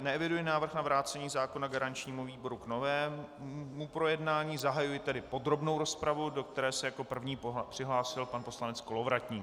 Neeviduji návrh na vrácení zákona garančnímu výboru k novému projednání, zahajuji tedy podrobnou rozpravu, do které se jako první přihlásil pan poslanec Kolovratník.